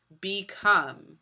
become